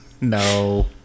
no